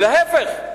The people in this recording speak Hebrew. ולהיפך,